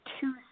two